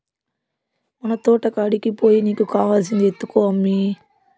మన తోటకాడికి పోయి నీకు కావాల్సింది ఎత్తుకో అమ్మీ